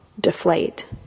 deflate